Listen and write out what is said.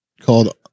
called